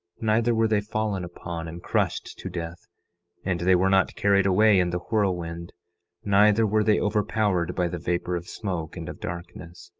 neither were they fallen upon and crushed to death and they were not carried away in the whirlwind neither were they overpowered by the vapor of smoke and darkness.